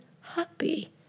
happy